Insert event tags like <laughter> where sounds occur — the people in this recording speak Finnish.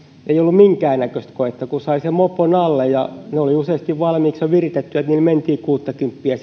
minkään näköistä koetta kun sain sen mopon alle ja ne olivat useasti valmiiksi jo viritetty että niillä mentiin kuuttakymppiä <unintelligible>